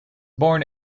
born